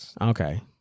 Okay